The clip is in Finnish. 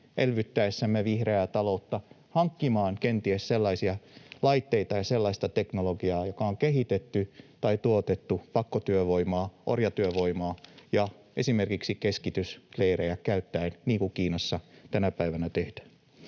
elvyttäessämme vihreää taloutta hankkimaan kenties sellaisia laitteita ja sellaista teknologiaa, jotka on kehitetty tai tuotettu pakkotyövoimaa, orjatyövoimaa ja esimerkiksi keskitysleirejä käyttäen, niin kuin Kiinassa tänä päivänä tehdään.